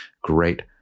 great